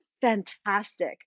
fantastic